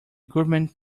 government